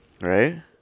right